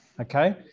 okay